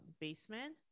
basement